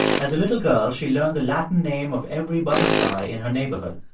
as a little girl, she learned the latin name of every butterfly in her neighborhood.